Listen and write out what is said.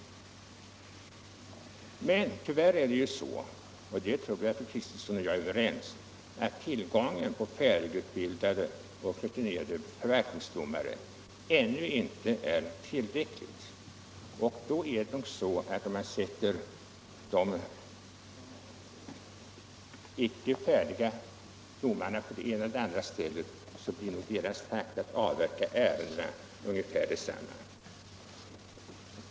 Men tyvärr är det så, och därom tror jag att fru Kristensson och jag är överens, att tillgången på färdigutbildade och rutinerade förvaltningsdomare ännu inte är helt tillräcklig. Om de icke färdiga domarna sätts på det ena eller andra stället är ändå deras takt att avverka ärendena ungefär densamma.